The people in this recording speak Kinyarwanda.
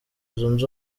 zunze